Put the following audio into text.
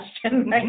question